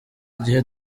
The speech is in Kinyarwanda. igihe